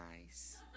nice